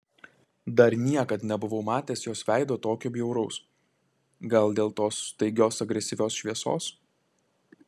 dar niekad nebuvau matęs jos veido tokio bjauraus gal dėl tos staigios agresyvios šviesos